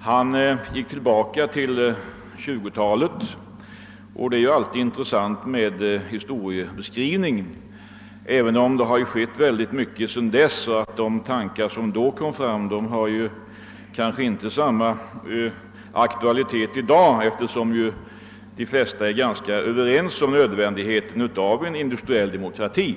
Han gick tillbaka till 1920-talet, och det är ju alltid intressant med historieskrivning, även om det skett synnerligen mycket sedan dess och de tankar som då framfördes kanske inte har samma aktualitet i dag, eftersom de flesta är ganska överens om nödvändigheten av en industriell demokrati.